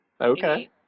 Okay